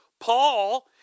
Paul